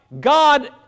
God